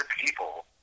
people